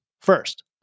First